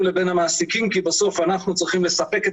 לבין המעסיקים כי בסוף אנחנו צריכים לספק את